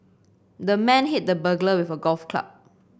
the man hit the burglar with a golf club